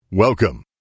Welcome